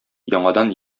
яңадан